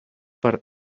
per